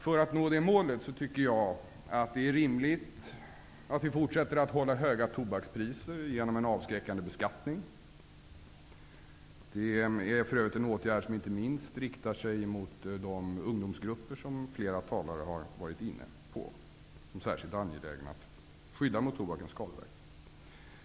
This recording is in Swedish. För att nå det målet tycker jag att det är rimligt att vi fortsätter att hålla höga tobakspriser genom en avskräckande beskattning. Det är för övrigt en åtgärd som inte minst riktar sig mot de ungdomsgrupper som flera talare har nämnt som särskilt angelägna att skydda mot tobakens skadeverkningar.